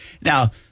Now